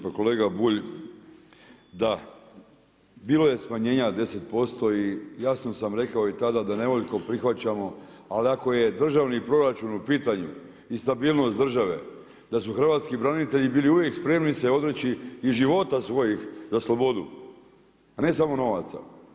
Pa kolega Bulj, da bilo je smanjenja 10% i jasno sam rekao i tada da nevoljko prihvaćamo, ali ako je državni proračun u pitanju i stabilnost države da su hrvatski branitelji bili uvijek spremni odreći i života svojih za slobodu, a ne samo novaca.